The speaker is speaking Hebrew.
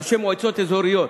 ראשי מועצות אזוריות,